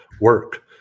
work